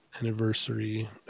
Anniversary